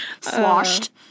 Sloshed